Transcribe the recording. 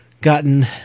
gotten